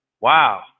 Wow